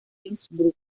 innsbruck